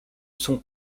sont